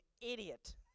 idiot